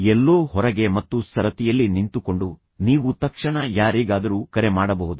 ಎಲ್ಲೋ ಹೊರಗೆ ಮತ್ತು ಸರತಿಯಲ್ಲಿ ನಿಂತುಕೊಂಡು ನೀವು ತಕ್ಷಣ ಯಾರಿಗಾದರೂ ಕರೆ ಮಾಡಬಹುದು